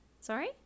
Sorry